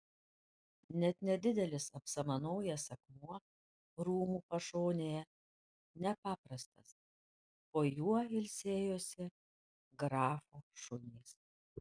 net nedidelis apsamanojęs akmuo rūmų pašonėje nepaprastas po juo ilsėjosi grafo šunys